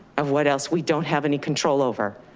of what else we don't have any control over.